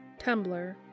Tumblr